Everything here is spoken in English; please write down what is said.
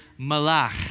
malach